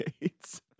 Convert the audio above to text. Gates